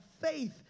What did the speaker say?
faith